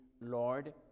Lord